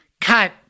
Cut